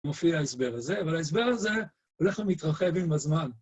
מופיע ההסבר הזה, אבל ההסבר הזה הולך ומתרחב עם הזמן.